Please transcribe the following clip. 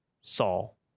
Saul